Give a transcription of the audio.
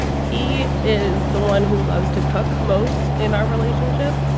he is the one who loves to cook most in our relationship,